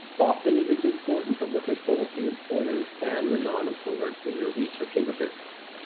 often it is important to look at both the employers and the non-employers when you're researching a business.